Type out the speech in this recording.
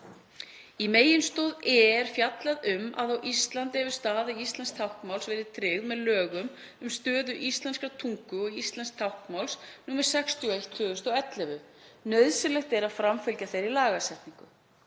Í meginstoð e er fjallað um að á Íslandi hafi staða íslensks táknmáls verið tryggð með lögum um stöðu íslenskrar tungu og íslensks táknmáls, nr. 61/2011. Nauðsynlegt sé að framfylgja þeirri lagasetningu.